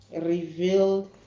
revealed